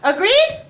Agreed